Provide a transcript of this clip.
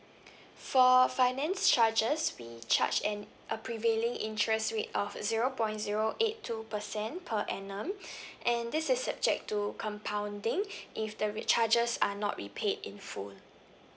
for finance charges we charge an a prevailing interest rate of zero point zero eight two percent per annum and this is subject to compounding if the re~ charges are not repaid in full